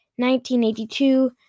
1982